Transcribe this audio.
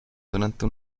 durante